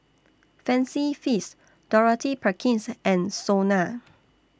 Fancy Feast Dorothy Perkins and Sona